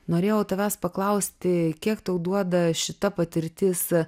norėjau tavęs paklausti kiek tau duoda šita patirtis